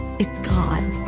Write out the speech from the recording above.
it's gone.